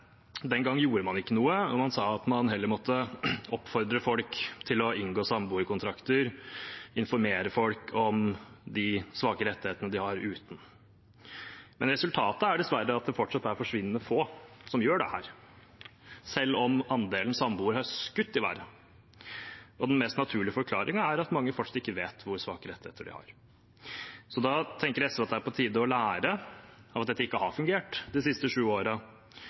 Den gangen gjorde man ikke noe, man sa at man heller måtte oppfordre folk til å inngå samboerkontrakter og informere folk om de svake rettighetene de har uten. Resultatet er dessverre at det fortsatt er forsvinnende få som gjør dette, selv om andelen samboere har skutt i været. Den mest naturlige forklaringen er at mange fortsatt ikke vet hvor svake rettigheter de har. Da tenker SV at det er på tide å lære av at dette ikke har fungert de siste sju